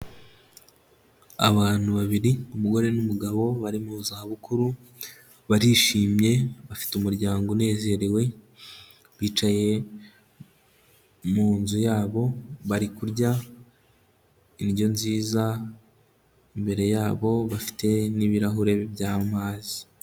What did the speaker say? Abantu babiri umugore n'umugabo bari mu zabukuru, barishimye bafite umuryango unezerewe, bicaye mu nzu yabo bari kurya indyo nziza, imbere yabo bafite n'ibirahure by'amazi.